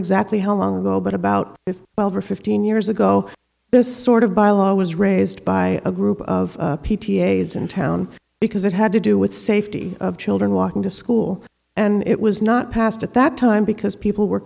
exactly how long ago but about if for fifteen years ago this sort of by a law was raised by a group of p t a s in town because it had to do with safety of children walking to school and it was not passed at that time because people were